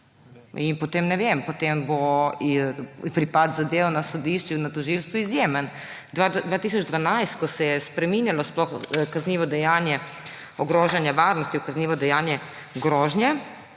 In potem, ne vem, potem bo pripad zadev na sodišču in tožilstvu izjemen. 2012, ko se je spreminjalo kaznivo dejanje ogrožanja varnosti v kaznivo dejanje grožnje,